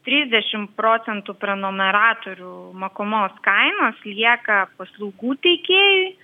trisdešimt procentų prenumeratorių mokamos kainos lieka paslaugų teikėjui